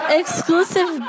exclusive